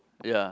ya